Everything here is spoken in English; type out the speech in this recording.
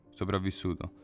sopravvissuto